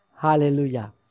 Hallelujah